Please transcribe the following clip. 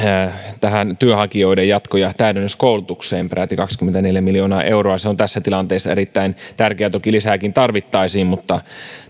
työnhakijoiden jatko ja täydennyskoulutukseen peräti kaksikymmentäneljä miljoonaa euroa se on tässä tilanteessa erittäin tärkeää toki lisääkin tarvittaisiin mutta